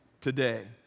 today